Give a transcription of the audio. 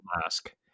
mask